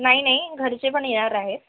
नाही नाही घरचे पण येणार आहेत